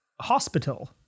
hospital